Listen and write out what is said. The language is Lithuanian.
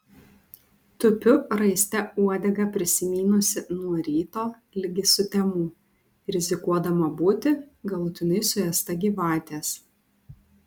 tupiu raiste uodegą prisimynusi nuo ryto ligi sutemų rizikuodama būti galutinai suėsta gyvatės